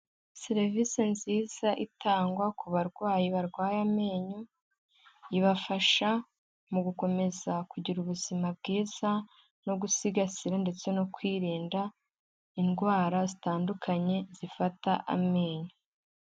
Serivisi nziza itangwa ku barwayi barwaye amenyo, ibafasha mu gukomeza kugira ubuzima bwiza no gusigasira ndetse no kwirinda indwara zitandukanye zifata amenyo.